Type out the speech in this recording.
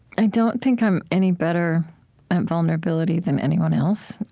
i don't think i'm any better at vulnerability than anyone else,